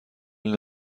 این